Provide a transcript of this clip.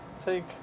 take